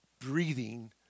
breathing